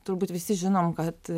turbūt visi žinom kad